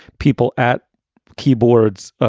people at keyboards, ah